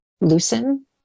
loosen